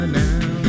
now